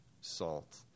salt